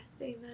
Amen